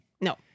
No